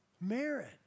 merit